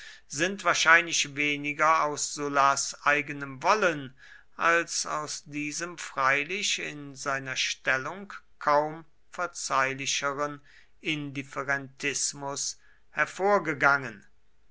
sind wahrscheinlich weniger aus sullas eigenem wollen als aus diesem freilich in seiner stellung kaum verzeihlicheren indifferentismus hervorgegangen